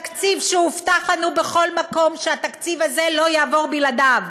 שהובטח לנו בכל מקום שהתקציב הזה לא יעבור בלעדיו?